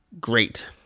great